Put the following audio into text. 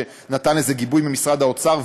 שנתן לזה גיבוי ממשרד האוצר,